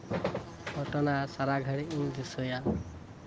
ᱜᱷᱚᱴᱚᱱᱟ ᱥᱟᱨᱟ ᱜᱷᱟᱹᱲᱤᱡ ᱤᱧ ᱫᱤᱥᱟᱹᱭᱟ